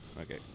Okay